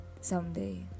someday